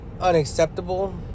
Unacceptable